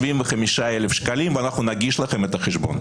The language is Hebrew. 234,375,000 שקלים ואנחנו נגיש לכם את החשבון,